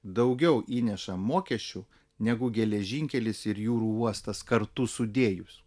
daugiau įneša mokesčių negu geležinkelis ir jūrų uostas kartu sudėjus